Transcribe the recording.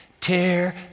Tear